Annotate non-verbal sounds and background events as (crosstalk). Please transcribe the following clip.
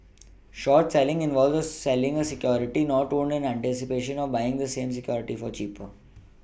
(noise) short selling involves selling a security not owned in anticipation of buying the same security for cheaper